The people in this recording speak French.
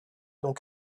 donc